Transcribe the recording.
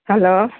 hello